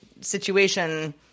situation